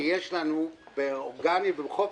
שיש לנו באורגני ובחופש,